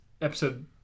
episode